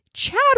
Chad